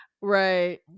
Right